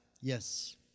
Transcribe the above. Yes